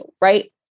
right